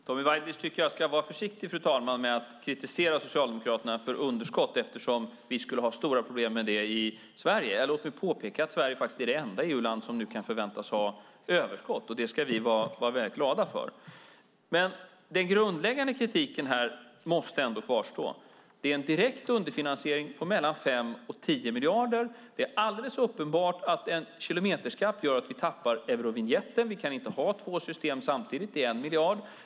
Fru talman! Tommy Waidelich tycker att jag ska vara försiktig med att kritisera Socialdemokraterna för underskott, eftersom vi skulle ha stora problem med det i Sverige. Låt mig då påpeka att Sverige faktiskt är det enda EU-land som nu kan förväntas ha överskott. Det ska vi vara väldigt glada för. Den grundläggande kritiken måste ändå kvarstå: Det är en direkt underfinansiering på mellan 5 och 10 miljarder. Det är alldeles uppenbart att en kilometerskatt gör att vi tappar eurovinjetten - vi kan inte ha två system samtidigt. Det är 1 miljard.